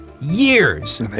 years